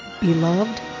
beloved